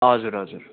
हजुर हजुर